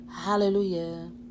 Hallelujah